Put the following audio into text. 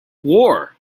war